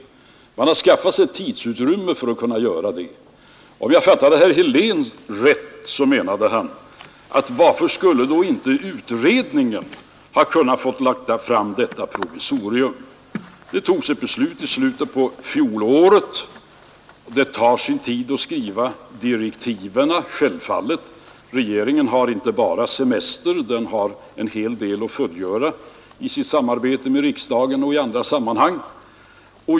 Utredningen har fått tidsmässiga möjligheter för att kunna göra det. Herr Helén undrade, om jag fattade rätt, varför då inte utredningen kunnat få lägga fram detta provisorium. Ja, beslutet i utredningsfrågan fattades i förra årets slut, och det tar självfallet sin tid att skriva direktiv. Regeringen har en hel del att fullgöra i samarbetet med riksdagen och i andra sammanhang.